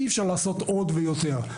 אי אפשר לעשות עוד ויותר.